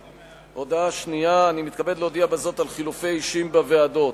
הודעה שנייה: אני מתכבד להודיע בזה על חילופי אישים בוועדות.